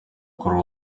kurura